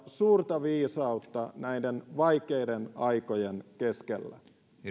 suurta viisautta näiden vaikeuden aikojen keskellä